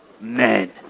men